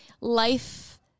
life